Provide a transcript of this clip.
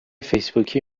فیسبوکی